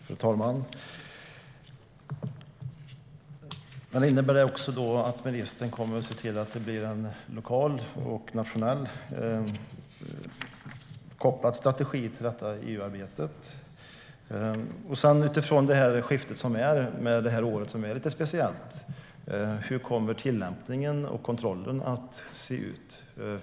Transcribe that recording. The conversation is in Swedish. Fru talman! Innebär det också att ministern kommer att se till att det blir en lokalt och nationellt kopplad strategi till detta i EU-arbetet? Utifrån det skifte som är och detta år som är lite speciellt undrar jag hur tillämpningen och kontrollen kommer att se ut.